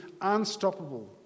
unstoppable